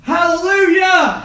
Hallelujah